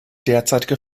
derzeitige